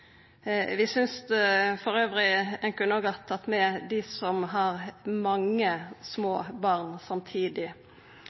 Vi synest elles at ein òg kunna ha tatt med dei som har mange små